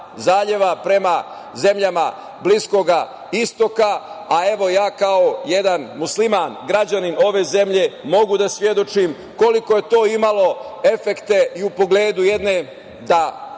prema zemljama Bliskog Istoka. Evo, ja kao jedan musliman, građanin ove zemlje mogu da svedočim koliko je to imalo efekte i u pogledu jedne, ako